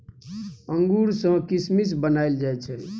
अंगूर सँ किसमिस बनाएल जाइ छै